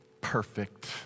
perfect